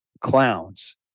clowns